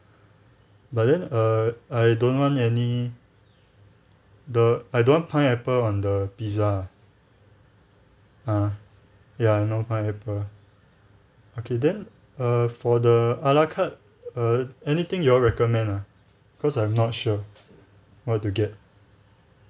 but then err I don't want any the I don't want pineapple on the pizza ah ya no pineapple okay then uh for the ala carte err anything you all recommend ah because I'm not sure what to get